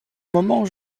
moment